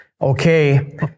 Okay